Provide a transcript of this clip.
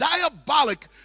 diabolic